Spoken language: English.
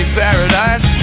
paradise